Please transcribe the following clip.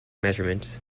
measurements